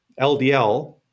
LDL